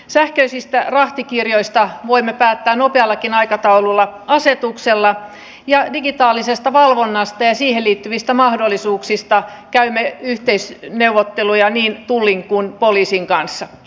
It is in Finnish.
sähköisistä rahtikirjoista voimme päättää nopeallakin aikataululla asetuksella ja digitaalisesta valvonnasta ja siihen liittyvistä mahdollisuuksista käymme yhteisneuvotteluja niin tullin kuin poliisin kanssa